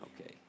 okay